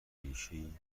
بیشهای